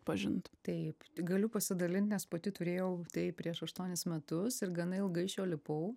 atpažinti taip galiu pasidalint nes pati turėjau tai prieš aštuonis metus ir gana ilgai iš jo lipau